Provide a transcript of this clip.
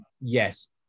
yes